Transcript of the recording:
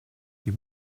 die